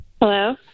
Hello